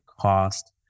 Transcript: cost